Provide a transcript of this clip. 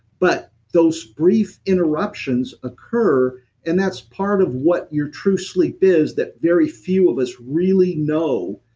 but those brief interruptions occur and that's part of what your true sleep is that very few of us really know.